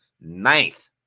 ninth